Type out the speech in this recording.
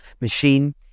machine